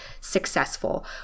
successful